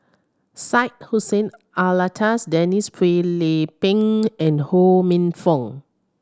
Syed Hussein Alatas Denise Phua Lay Peng and Ho Minfong